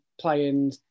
playing